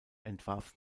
entwarf